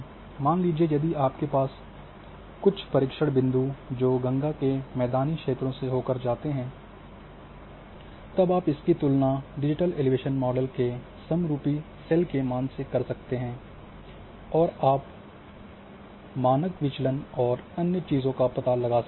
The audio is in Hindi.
मान लीजिए यदि आपके पास कुछ परीक्षण बिंदु जो गंगा के मैदानी क्षेत्रों से होकर जाते हैं तब आप इनकी तुलना डिजिटल एलिवेशन मॉडल के समरूपी सेल के मान से कर सकते हैं और आप मानक विचलन और अन्य चीजों का पता लगा सकते हैं